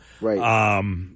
Right